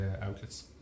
outlets